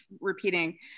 repeating